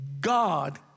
God